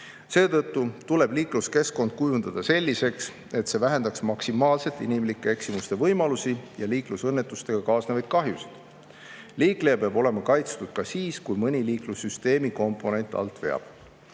Seetõttu tuleb liikluskeskkond kujundada selliseks, et see vähendaks maksimaalselt inimlike eksimuste võimalusi ja liiklusõnnetustega kaasnevaid kahjusid. Liikleja peab olema kaitstud ka siis, kui mõni liiklussüsteemi komponent alt veab.